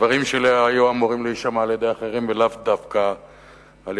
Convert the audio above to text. הדברים שלי היו אמורים להישמע על-ידי אחרים ולאו דווקא על-ידך.